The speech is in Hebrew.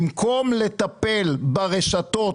במקום לטפל ברשתות,